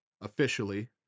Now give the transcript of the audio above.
officially